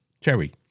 cherry